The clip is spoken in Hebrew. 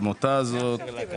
בעמודה של הוצאות הנהלה וכלליות,